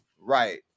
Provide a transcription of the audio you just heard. Right